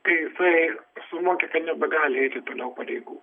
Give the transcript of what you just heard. kai jisai suvokia kad nebegali eiti toliau pareigų